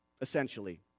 essentially